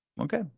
okay